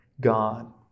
God